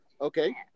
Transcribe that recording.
Okay